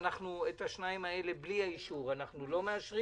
אין הצעת קביעת חברת נתיבי איילון בע"מ כ"גוף אחר"